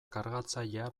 kargatzailea